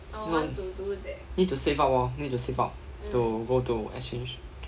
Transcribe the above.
so need to save up lor need to save up to go to exchange